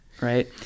right